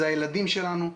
זה ילדים שלנו,